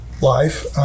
life